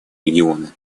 региону